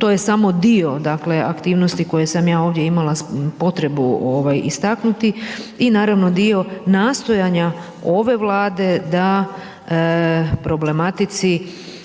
to je samo dio, dakle, aktivnosti koje sam ja ovdje imala potrebu istaknuti i naravno dio nastojanja ove Vlade da problematici